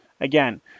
again